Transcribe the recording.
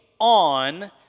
on